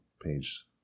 page